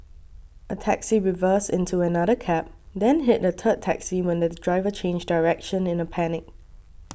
a taxi reversed into another cab then hit a third taxi when the driver changed direction in a panic